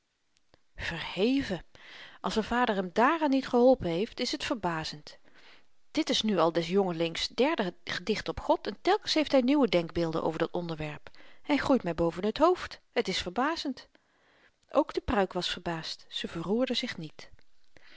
verheven als z'n vader hem dààraan niet geholpen heeft is het verbazend dit is nu al des jongelings derde gedicht op god en telkens heeft hy nieuwe denkbeelden over dat onderwerp hy groeit my boven het hoofd het is verbazend ook de pruik was verbaasd ze verroerde zich niet